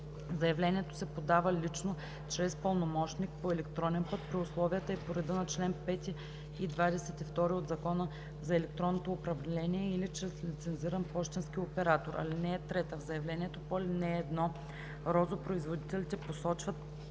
Заявлението се подава лично, чрез пълномощник, по електронен път при условията и по реда на чл. 5 и 22 от Закона за електронното управление или чрез лицензиран пощенски оператор. (3) В заявлението по ал. 1 розопроизводителите посочват: